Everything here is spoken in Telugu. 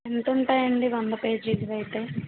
ఎంతుంటాయండీ వంద పేజీలవైతే